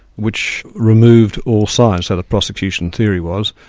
which removed all signs, so the prosecution theory was,